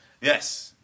Yes